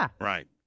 right